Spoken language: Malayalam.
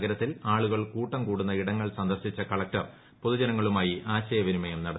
നഗരത്തിൽ ആളുകൾ കൂട്ടം കൂടുന്ന ഇടങ്ങൾ സന്ദർശിച്ച കളക്ടർ പൊതുജനങ്ങളുമായി ആശയവിനിമയം നടത്തി